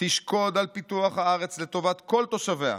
תשקוד על פיתוח הארץ לטובת כל תושביה,